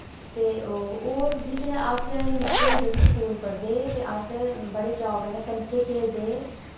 ते ओह् और जिसलै असैं निक्के हे जदूं स्कूल पढ़दे ते अस बड़े चाव कन्नै कंचे खेल्लदे हे